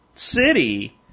City